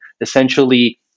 essentially